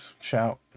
shout